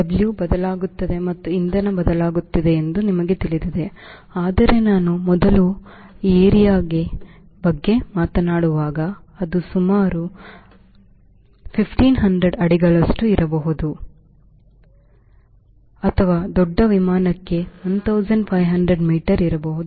W ಬದಲಾಗುತ್ತದೆ ಮತ್ತು ಇಂಧನ ಬದಲಾಗುತ್ತಿದೆ ಎಂದು ನಿಮಗೆ ತಿಳಿದಿದೆ ಆದರೆ ನಾನು ಮೊದಲ ಏರಿಕೆಯ ಬಗ್ಗೆ ಮಾತನಾಡುವಾಗ ಅದು ಸುಮಾರು 1500 ಅಡಿಗಳಷ್ಟು ಇರಬಹುದು ಅಥವಾ ದೊಡ್ಡ ವಿಮಾನಕ್ಕೆ 1500 ಮೀಟರ್ ಇರಬಹುದು